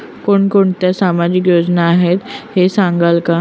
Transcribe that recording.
कोणकोणत्या सामाजिक योजना आहेत हे सांगाल का?